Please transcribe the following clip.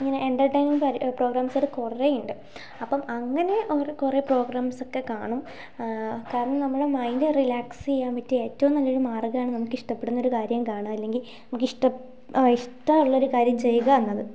ഇങ്ങനെ എൻ്റർറ്റെയ്നിങ് പ്രോഗ്രാംസൊക്കെ കുറേയുണ്ട് അപ്പം അങ്ങനെ കുറേ പ്രോഗ്രാംസൊക്കെ കാണും കാരണം നമ്മുടെ മൈൻഡ് റിലാക്സെയ്യാൻ പറ്റിയ ഏറ്റവും നല്ലൊരു മാർഗ്ഗമാണ് നമുക്ക് ഇഷ്ടപ്പെടുന്നൊരു കാര്യം കാണുക അല്ലെങ്കിൽ നമുക്ക് ഇഷ്ടം ഇഷ്ടമുള്ളൊരു കാര്യം ചെയ്യുക എന്നത്